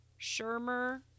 Shermer